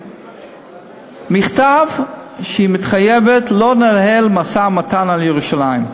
מכתב שהיא מתחייבת לא לנהל משא-ומתן על ירושלים.